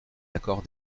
l’accord